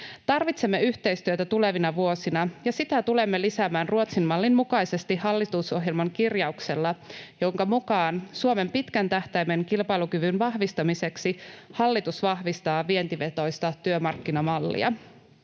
Tarvitsemme yhteistyötä tulevina vuosina, ja sitä tulemme lisäämään Ruotsin mallin mukaisesti hallitusohjelman kirjauksella, jonka mukaan Suomen pitkän tähtäimen kilpailukyvyn vahvistamiseksi hallitus vahvistaa vientivetoista työmarkkinamallia.